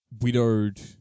widowed